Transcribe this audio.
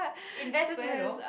invest where though